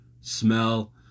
smell